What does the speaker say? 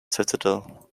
citadel